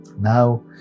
now